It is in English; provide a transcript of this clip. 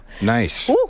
Nice